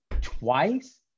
twice